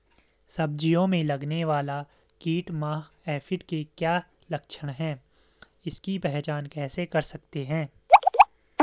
सब्जियों में लगने वाला कीट माह एफिड के क्या लक्षण हैं इसकी पहचान कैसे कर सकते हैं?